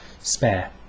spare